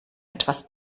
etwas